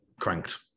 Cranked